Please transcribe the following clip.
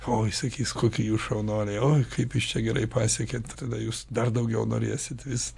o įsakys kokie jūs šaunuoliai oi kaip jūs čia gerai pasiekėt tada jūs dar daugiau norėsit vis